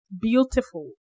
beautiful